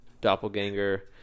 doppelganger